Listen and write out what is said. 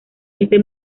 este